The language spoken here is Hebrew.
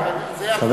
אבל זה החוק.